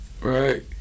Right